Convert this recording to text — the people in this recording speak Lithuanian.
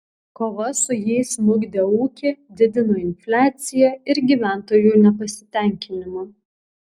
kova su jais smukdė ūkį didino infliaciją ir gyventojų nepasitenkinimą